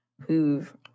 who've